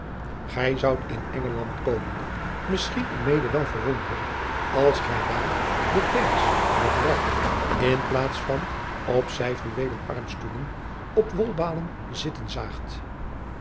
ij zoudt in ngeland komende misschien u mede wel verwonderen als gij daar de airs van het rijk in plaats van op zijfluweelen armstoelen op wolbalen zitten zaagt